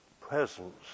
presence